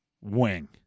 wing